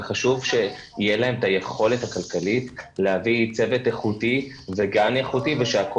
וחשוב שיהיה להם את היכולת הכלכלית להביא צוות איכותי וגן איכותי ושהכל